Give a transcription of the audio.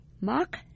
Mark